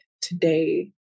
today